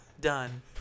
done